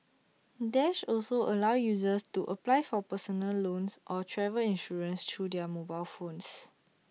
dash also allows users to apply for personal loans or travel insurance through their mobile phones